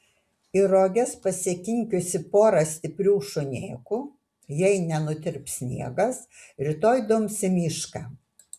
į roges pasikinkiusi porą stiprių šunėkų jei nenutirps sniegas rytoj dums į mišką